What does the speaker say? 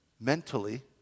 mentally